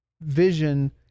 vision